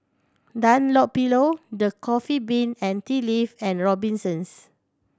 Dunlopillo The Coffee Bean and Tea Leaf and Robinsons